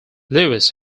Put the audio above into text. lewis